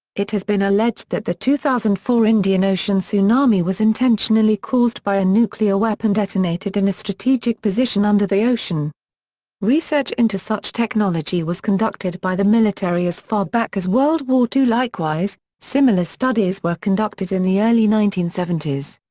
it has been alleged that the two thousand and four indian ocean tsunami was intentionally caused by a nuclear weapon detonated in a strategic position under the ocean research into such technology was conducted by the military as far back as world war ii likewise, similar studies were conducted in the early nineteen seventy s.